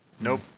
Nope